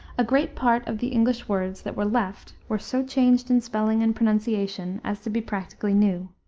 a great part of the english words that were left were so changed in spelling and pronunciation as to be practically new.